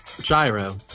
Gyro